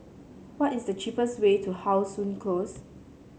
what is the cheapest way to How Sun Close